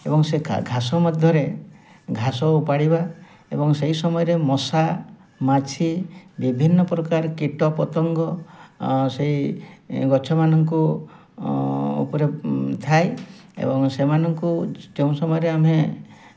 ଏବଂ ସେ ଘାସ ମଧ୍ୟରେ ଘାସ ଉପାଡ଼ିବା ଏବଂ ସେଇ ସମୟରେ ମଶା ମାଛି ବିଭିନ୍ନ ପ୍ରକାର କୀଟପତଙ୍ଗ ସେଇ ଗଛମାନଙ୍କୁ ଉପରେ ଥାଏ ଏବଂ ସେମାନଙ୍କୁ ଯେଉଁ ସମୟରେ ଆମେ